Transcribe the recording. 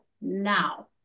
now